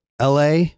LA